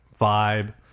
vibe